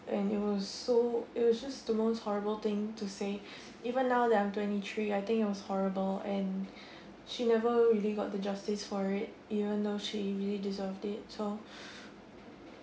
and it was so it was just the most horrible thing to say even now that I'm twenty three I think it was horrible and she never really got the justice for it even though she really deserve it so